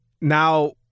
now